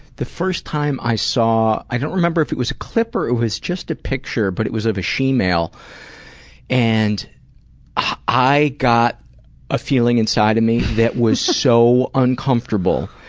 the first time i saw i don't remember if it was a clip or it was just a picture but it was of a she-male and i got a feeling inside of me that was so uncomfortable.